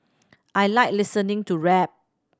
I like listening to rap